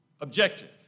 objective